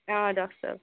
آ ڈاکٹر صٲب